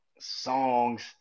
songs